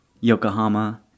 Yokohama